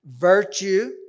virtue